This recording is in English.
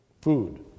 food